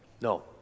no